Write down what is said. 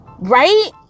Right